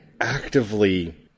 actively